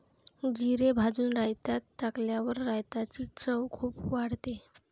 जिरे भाजून रायतात टाकल्यावर रायताची चव खूप वाढते